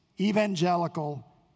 evangelical